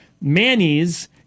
Manny's